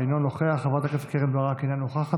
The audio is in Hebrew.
אינו נוכח,